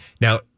Now